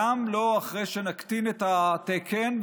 גם לא אחרי שנקטין את התקן,